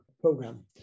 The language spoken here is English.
program